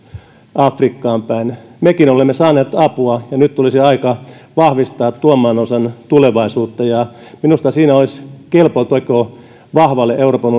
afrikkaan päin mekin olemme saaneet apua ja nyt tulisi aika vahvistaa tuon maanosan tulevaisuutta minusta siinä olisi kelpo teko vahvalle euroopan